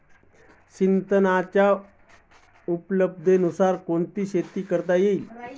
सिंचनाच्या उपलब्धतेनुसार कोणत्या शेती करता येतील?